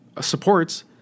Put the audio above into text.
supports